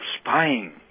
spying